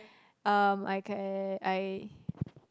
um I can I